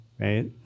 right